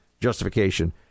justification